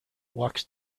walks